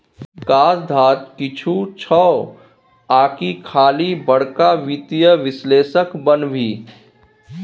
काज धाज किछु छौ आकि खाली बड़का वित्तीय विश्लेषक बनभी